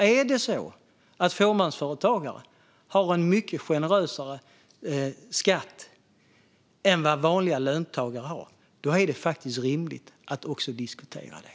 Är det så att fåmansföretagare har en mycket generösare skatt än vanliga löntagare är det rimligt att också diskutera det.